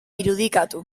irudikatu